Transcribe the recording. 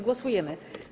Głosujemy.